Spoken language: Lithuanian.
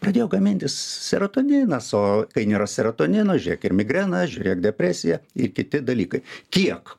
pradėjo gamintis serotoninas o kai nėra serotonino žiūrėk ir migrena žiūrėk depresija ir kiti dalykai kiek